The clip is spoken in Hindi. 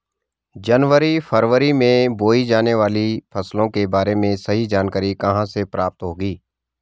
जनवरी फरवरी में बोई जाने वाली फसलों के बारे में सही जानकारी कहाँ से प्राप्त होगी?